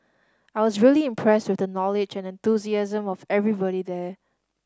I was really impressed with the knowledge and enthusiasm of everybody there